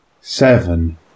seven